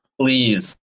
Please